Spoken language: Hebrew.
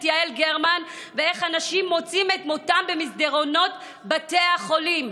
יעל גרמן ואיך אנשים מוציאים את מותם במסדרונות בתי החולים.